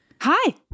Hi